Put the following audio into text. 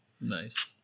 Nice